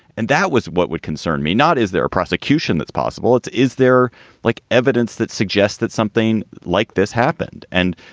and that was what would concern me not. is there a prosecution that's possible? is there like evidence that suggests that something like this happened and.